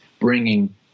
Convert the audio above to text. bringing